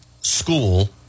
school